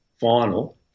final